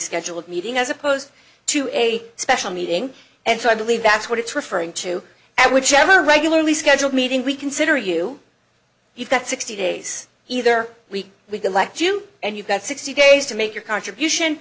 scheduled meeting as opposed to a special meeting and so i believe that's what it's referring to at whichever regularly scheduled meeting we consider you you've got sixty days either week we collect you and you've got sixty days to make your contribution